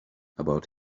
about